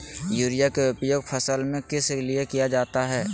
Urea के उपयोग फसल में किस लिए किया जाता है?